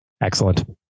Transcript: Excellent